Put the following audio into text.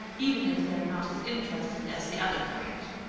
even if they're not as interesting as the other kind.